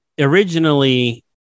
originally